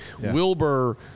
Wilbur